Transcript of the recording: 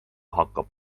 hakkab